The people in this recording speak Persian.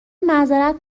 معذرت